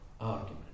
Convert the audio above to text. argument